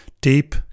deep